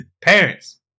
parents